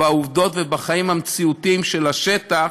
בעובדות ובחיים המציאותיים של השטח.